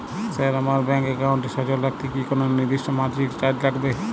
Sir আমার bank একাউন্টটি সচল রাখতে কি কোনো নির্দিষ্ট মাসিক চার্জ লাগবে?